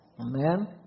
Amen